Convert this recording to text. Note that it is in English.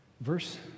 Verse